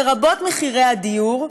לרבות מחירי הדיור,